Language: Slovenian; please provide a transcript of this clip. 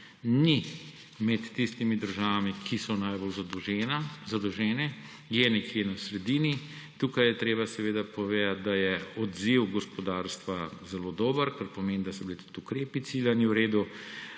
ni med tistimi državami, ki so najbolj zadolžene, je nekje na sredini. Tukaj je treba povedati, da je odziv gospodarstva zelo dober, kar pomeni, da so bili tudi ukrepi ciljani v redu,